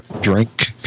drink